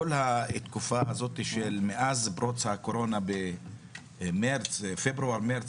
כל התקופה הזאת מאז פרוץ הקורונה בפברואר מרץ